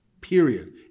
period